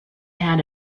had